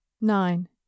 nine